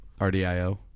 RDIO